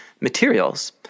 materials